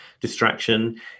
distraction